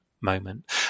moment